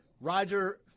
Roger